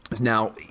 Now